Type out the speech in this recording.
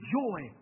joy